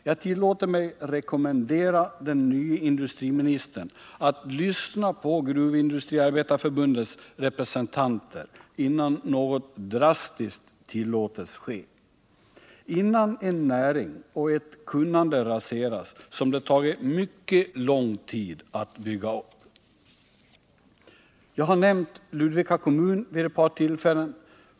Jag tillåter mig rekommendera den nye industriministern att lyssna på Gruvindustriarbetareförbundets representanter innan något drastiskt tillåts ske och innan en näring och ett kunnande raseras som det tagit mycket lång tid att bygga upp! Jag har nämnt Ludvika kommun vid ett par tillfällen.